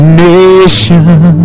nation